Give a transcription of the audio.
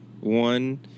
one